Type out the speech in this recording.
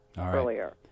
earlier